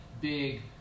big